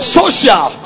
social